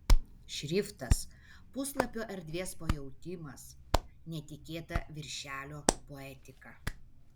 šriftas puslapio erdvės pajautimas netikėta viršelio poetika